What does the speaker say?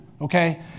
okay